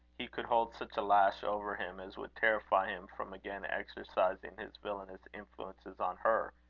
he could hold such a lash over him as would terrify him from again exercising his villanous influences on her,